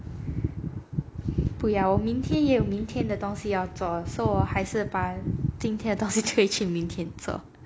不要我明天也有明天的东西要做 so 我还是把今天的东西退去明天做